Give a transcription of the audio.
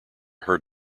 heard